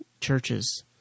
churches